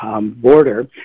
border